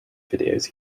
videos